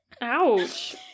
Ouch